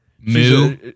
moo